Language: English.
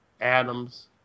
Adams